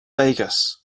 vegas